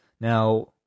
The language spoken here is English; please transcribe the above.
now